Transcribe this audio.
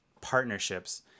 partnerships